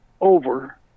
over